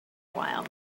while